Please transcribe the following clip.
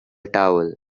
towel